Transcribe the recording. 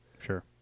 Sure